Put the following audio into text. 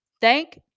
Thank